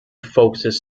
focuses